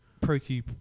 ProCube